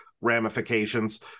ramifications